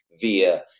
via